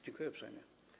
Dziękuję uprzejmie.